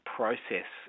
process